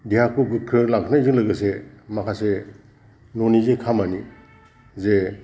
देहाखौ गोख्रों लाखिनायजों लोगोसे माखासे न'नि जे खामानि जे